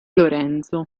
lorenzo